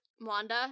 wanda